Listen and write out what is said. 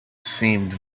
seemed